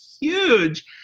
huge